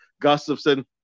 Gustafson